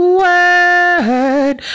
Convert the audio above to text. word